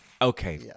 Okay